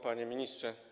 Panie Ministrze!